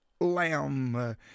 lamb